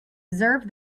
observe